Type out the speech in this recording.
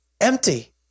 empty